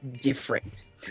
different